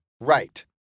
Right